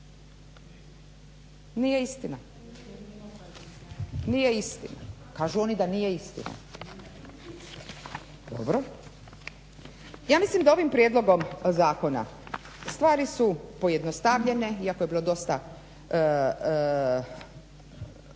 ravnatelji. Nije istina, kažu oni da nije istina. Dobro. Ja mislim da ovim prijedlogom zakona stvari su pojednostavljene iako je bilo dosta